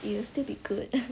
it will still be good